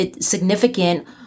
significant